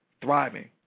thriving